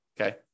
okay